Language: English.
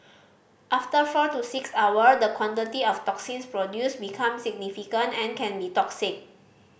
after four to six hour the quantity of toxins produced becomes significant and can be toxic